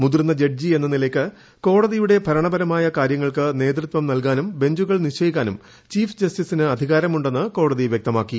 മുതിർന്ന ജഡ്ജി എന്ന നിലയ്ക്ക് കോടതിയുടെ ഭരണപരമായ കാര്യങ്ങൾക്ക് നേതൃത്വം നൽകാനും ബെഞ്ചുകൾ നിശ്ചയിക്കാനും ചീഫ് ജസ്റ്റിസിന് അധികാരമുണ്ടെന്ന് കോടതി വൃക്തമാക്കി